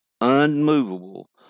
unmovable